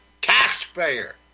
taxpayer